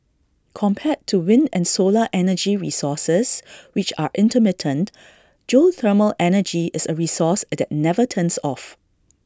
compared to wind and solar energy resources which are intermittent geothermal energy is A resource that never turns off